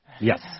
Yes